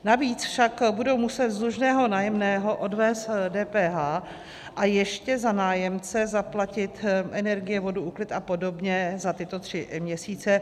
Navíc však budou muset z dlužného nájemného odvést DPH a ještě za nájemce zaplatit energie, vodu, úklid apod. za tyto tři měsíce.